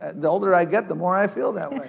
ah the older i get, the more i feel that way.